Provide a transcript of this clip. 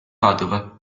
padova